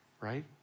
right